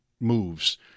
moves